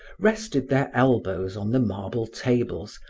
rested their elbows on the marble tables,